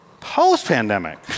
Post-pandemic